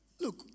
Look